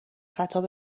خطاب